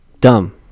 Dumb